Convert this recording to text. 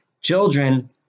children